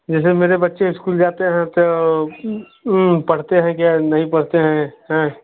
जी sir मेरे बच्चे school जाते हैं तो पढ़ते हैं के नहीं पढ़ते हैं